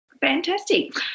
Fantastic